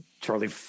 Charlie